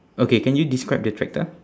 okay can you describe the tractor